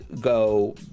go